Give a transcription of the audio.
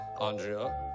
Andrea